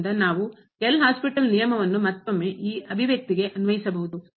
ಆದ್ದರಿಂದ ನಾವು L'Hopital ನಿಯಮವನ್ನು ಮತ್ತೊಮ್ಮೆ ಈ ಅಭಿವ್ಯಕ್ತಿಗೆ ಅನ್ವಯಿಸಬಹುದು